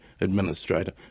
administrator